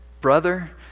brother